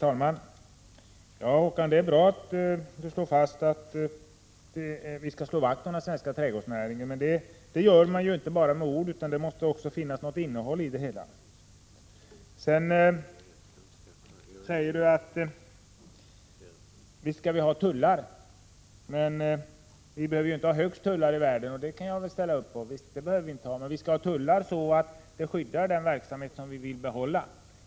Herr talman! Det är bra att Håkan Strömberg slår fast att vi skall slå vakt om den svenska trädgårdsnäringen, men det gör man ju inte bara med ord utan det måste också finnas ett innehåll bakom orden. Håkan Strömberg säger vidare: Visst skall vi ha tullarna, men vi behöver inte ha de högsta tullarna i världen. Det kan jag ställa upp på, men vi skall ha sådana tullar att de skyddar den verksamhet som vi vill behålla.